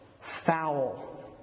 Foul